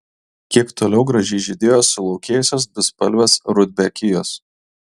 kiek toliau gražiai žydėjo sulaukėjusios dvispalvės rudbekijos